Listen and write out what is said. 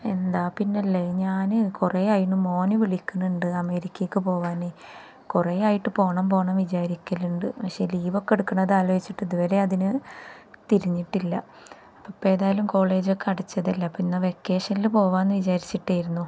എന്താ പിന്നല്ലേ ഞാന് കുറേ ആയി മകന് വിളിക്കുന്നുണ്ട് അമേരിക്കയിലേക്കു പോവാന് കുറേയായിട്ട് പോകണം പോകണമെന്നു വിചാരിക്കലുണ്ട് പക്ഷേ ലീവൊക്കെ എടുക്കുന്നത് ആലോചിച്ചിട്ട് ഇതുവരെ അതിനു തിരിഞ്ഞിട്ടില്ല അപ്പോഴിപ്പോള് ഏതായാലും കോളേജൊക്കെ അടച്ചതല്ലേ പിന്നെ വെക്കേഷനില് പോകാമെന്നു വിചാരിച്ചിട്ടായിരുന്നു